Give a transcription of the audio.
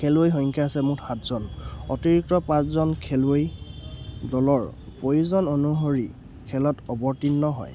খেলুৱৈ সংখ্যা আছে মোক সাতজন অতিৰিক্ত পাঁচজন খেলুৱৈ দলৰ প্ৰয়োজন অনুসৰি খেলত অৱতীৰ্ণ হয়